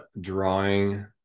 drawing